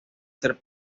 ser